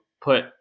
put